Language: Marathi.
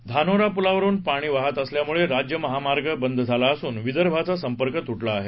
धानोरा पुलावरून पाणी वाहत असल्यामुळे राज्य महामार्ग बंद झाला असून विदर्भाचा संपर्क तुटला आहे